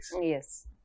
Yes